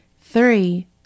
Three